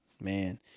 Man